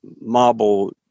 marble